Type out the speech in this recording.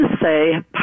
say